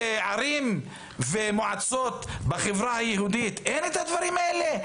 בערים ובמועצות בחברה היהודית אין את הדברים האלה?